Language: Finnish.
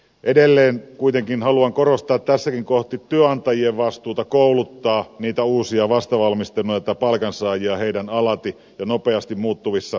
edelleen kuitenkin haluan korostaa tässäkin työnantajien vastuuta kouluttaa niitä uusia vastavalmistuneita palkansaajia heidän alati ja nopeasti muuttuvissa tehtävissään